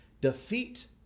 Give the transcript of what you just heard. defeat